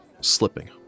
slipping